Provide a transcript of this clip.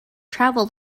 travel